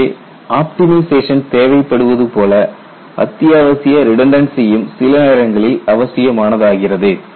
எனவே ஆப்ட்டிமைசேஷன் தேவைப்படுவது போல அத்தியாவசிய ரிடெண்டன்ஸியும் சில நேரங்களில் அவசியமானதாகிறது